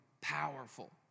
powerful